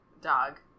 dog